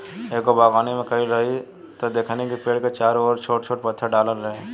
एगो बागवानी में गइल रही त देखनी कि पेड़ के चारो ओर छोट छोट पत्थर डालल रहे